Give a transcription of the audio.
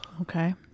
Okay